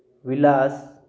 Vilas